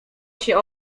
się